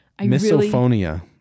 Misophonia